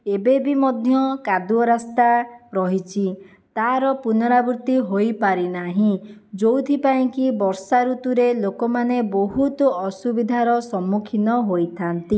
ଏବେବି ମଧ୍ୟ କାଦୁଅ ରାସ୍ତା ରହିଛି ତାର ପୁନରାବୃତ୍ତି ହୋଇପାରିନାହିଁ ଯେଉଁଥିପାଇଁକି ବର୍ଷା ଋତୁରେ ଲୋକମାନେ ବହୁତ ଅସୁବିଧାର ସମ୍ମୁଖୀନ ହୋଇଥାନ୍ତି